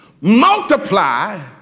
multiply